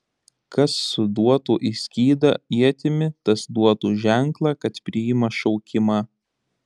kas suduotų į skydą ietimi tas duotų ženklą kad priima šaukimą